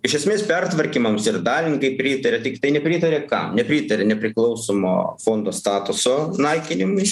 iš esmės pertvarkymams ir dalininkai pritarė tiktai nepritarė kam nepritarė nepriklausomo fondo statuso naikinimui